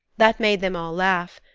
that made them all laugh.